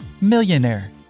millionaire